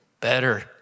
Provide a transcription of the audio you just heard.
Better